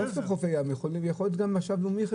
יכול להיות גם משאב לאומי.